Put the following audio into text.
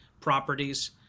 properties